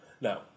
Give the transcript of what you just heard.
Now